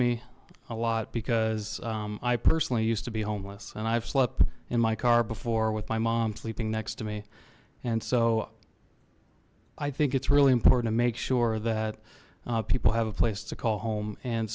me a lot because i personally used to be homeless and i've slept in my car before with my mom sleeping next to me and so i think it's really important to make sure that people have a place to call home and